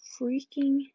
freaking